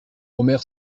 omer